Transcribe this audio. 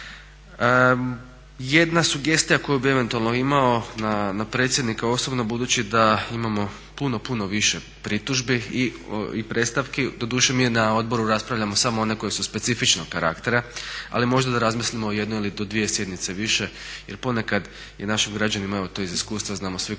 Jedna sugestija koju bi eventualno imao na predsjednika osobno budući da imao puno, puno više pritužbi i predstavki, doduše mi na odboru raspravljamo samo one koje su specifičnog karaktera ali možda da razmislimo o jednoj ili do dvije sjednice više jer ponekad je našim građanima, evo to iz iskustva znamo svi koji